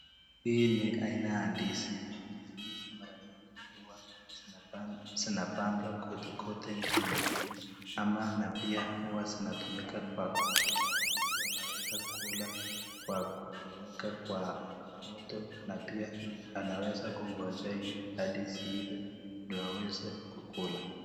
Hii ni aina ya ndizi. Ndizi hizi mara nyingi huwa zinapandwa kwote kwote nchini ama na pia huwa zinatumika kwa kukula. Mtu anaweza kula kwa kuweka kwa moto na pia anaweza kungojea hadi ziive ndio aweze kukula.